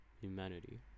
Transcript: humanity